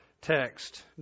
text